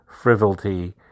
frivolity